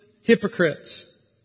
hypocrites